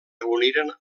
reuniren